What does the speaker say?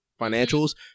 financials